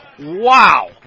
Wow